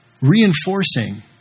reinforcing